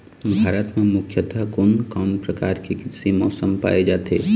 भारत म मुख्यतः कोन कौन प्रकार के कृषि मौसम पाए जाथे?